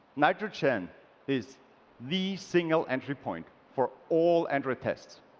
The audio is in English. nitrogen is the single entry point for all android tests.